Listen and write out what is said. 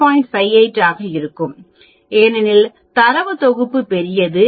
58 ஆக இருக்கும் ஏனெனில் தரவு தொகுப்பு பெரியது